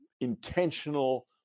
intentional